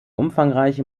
umfangreiche